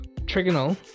trigonal